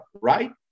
right